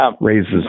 Raises